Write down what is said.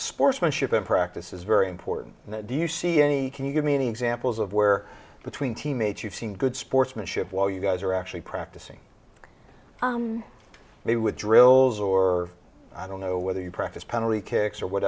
sportsmanship in practice is very important and do you see any can you give me any examples of where between teammates you've seen good sportsmanship while you guys are actually practicing they would drills or i don't know whether you practice penalty kicks or what